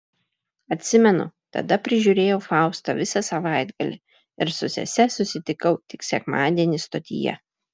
atsimenu tada prižiūrėjau faustą visą savaitgalį ir su sese susitikau tik sekmadienį stotyje